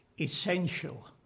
essential